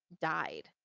died